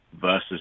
versus